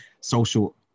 social